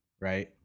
right